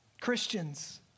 Christians